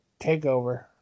TakeOver